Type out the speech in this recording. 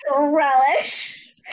Relish